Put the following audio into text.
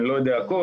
אני לא יודע הכל